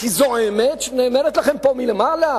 כי זו אמת שנאמרת לכם פה מלמעלה?